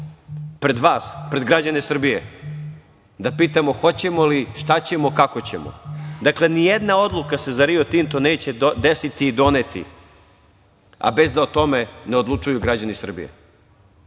pred vas, pred građane Srbije da pitamo hoćemo li, šta ćemo, kako ćemo. Dakle, nijedna odluka se za „Rio Tinto“ neće desiti i doneti bez da o tome ne odlučuju građani Srbije.